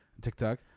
TikTok